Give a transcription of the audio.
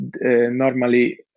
normally